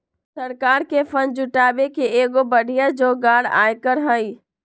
सरकार के फंड जुटावे के एगो बढ़िया जोगार आयकर हई